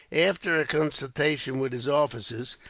after a consultation with his officers,